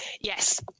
Yes